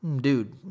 Dude